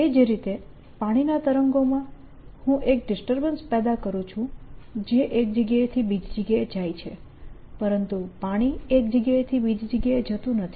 એ જ રીતે પાણીના તરંગોમાં હું એક ડિસ્ટર્બન્સ પેદા કરું છું જે એક જગ્યાથી બીજી જગ્યાએ જાય છે પરંતુ પાણી એક જગ્યાએથી બીજી જગ્યાએ જતું નથી